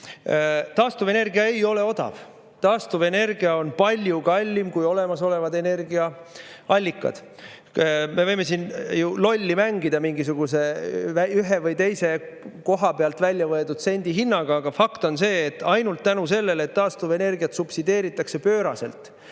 Taastuvenergia ei ole odav, taastuvenergia on palju kallim kui olemasolevad energiaallikad. Me võime siin ju lolli mängida mingisuguse ühest või teisest kohast võetud sendihinnaga, aga fakt on see, et taastuvenergiat subsideeritakse pööraselt.